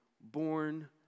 born